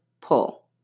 pull